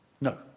No